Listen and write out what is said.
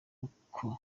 uko